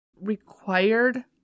required